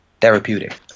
therapeutic